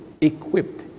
equipped